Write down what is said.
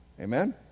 Amen